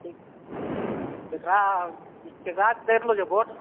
केकरा आर केकरा दैके छौ भोट